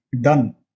done